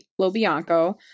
Lobianco